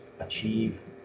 achieve